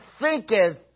thinketh